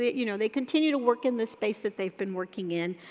you know, they continue to work in the space that they've been working in,